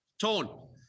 Tone